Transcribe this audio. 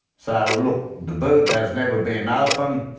so look, the boot has never been opened,